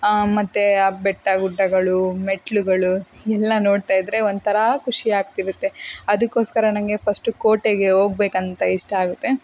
ಮತ್ತೆ ಆ ಬೆಟ್ಟ ಗುಡ್ಡಗಳು ಮೆಟ್ಟಿಲುಗಳು ಎಲ್ಲ ನೋಡ್ತಾ ಇದ್ದರೆ ಒಂಥರ ಖುಷಿ ಆಗ್ತಿರುತ್ತೆ ಅದಕ್ಕೋಸ್ಕರ ನನಗೆ ಫರ್ಸ್ಟು ಕೋಟೆಗೆ ಹೋಗ್ಬೇಕಂತ ಇಷ್ಟ ಆಗುತ್ತೆ